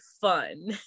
fun